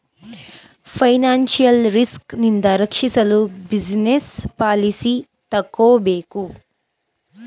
financial risk ನಿಂದ ರಕ್ಷಿಸಲು business policy ತಕ್ಕೋಬೇಕು